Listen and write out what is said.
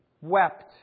wept